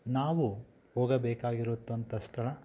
ನಾವು ಹೋಗಬೇಕಾಗಿರುತ್ತಂಥ ಸ್ಥಳ